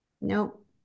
Nope